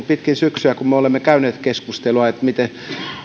pitkin syksyä me olemme käyneet keskustelua siitä miten